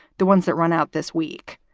the ones that run out this week.